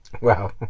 Wow